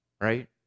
right